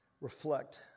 reflect